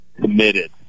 committed